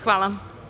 Hvala.